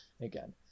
Again